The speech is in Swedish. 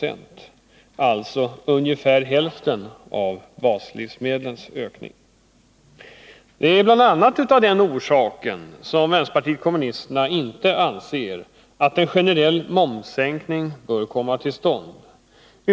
Det är alltså ungefär hälften av prisökningen på baslivsmedlen. Det är bl.a. av denna orsak som vpk anser att en generell momssänkning inte bör komma till stånd.